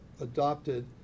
adopted